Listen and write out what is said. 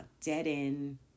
dead-end